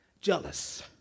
Jealous